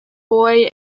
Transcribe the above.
boy